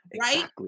Right